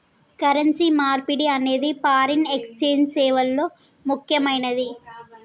currency మార్పిడి అనేది foreign exchange సేవల్లో ముక్కెమైనది